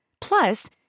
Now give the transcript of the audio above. Plus